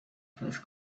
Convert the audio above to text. first